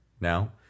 now